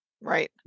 Right